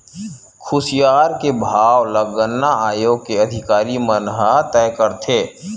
खुसियार के भाव ल गन्ना आयोग के अधिकारी मन ह तय करथे